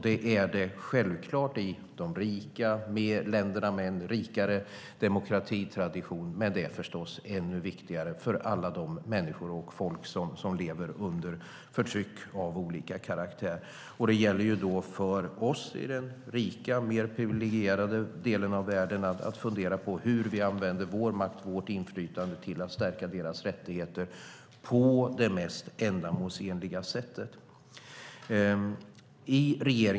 Det är det självklart i de rika länderna med en rikare demokratitradition, men det är förstås ännu viktigare för alla de människor och folk som lever under förtryck av olika karaktär. Det gäller för oss i den rika mer privilegierade delen av världen att fundera på hur vi använder vår makt och vårt inflytande till att stärka deras rättigheter på det mest ändamålsenliga sättet.